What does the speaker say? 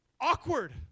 Awkward